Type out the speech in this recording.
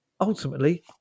ultimately